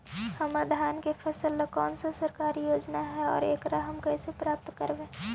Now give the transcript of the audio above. हमर धान के फ़सल ला कौन सा सरकारी योजना हई और एकरा हम कैसे प्राप्त करबई?